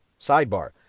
sidebar